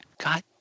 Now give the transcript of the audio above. God